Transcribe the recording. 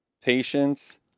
patience